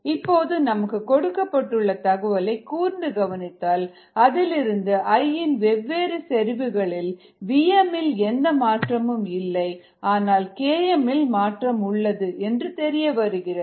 இப்போது நமக்குக் கொடுக்கப்பட்டுள்ள தகவலை கூர்ந்து கவனித்தால் அதிலிருந்து I இன் வெவ்வேறு செறிவுகளில் vmஇல் எந்த மாற்றமும் இல்லைஆனால் km இல் மாற்றம் உள்ளது என்று தெரிய வருகிறது